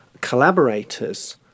collaborators